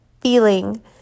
feeling